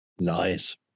Nice